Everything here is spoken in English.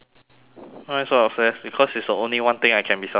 why so obsessed because it's the only one thing I can be successful at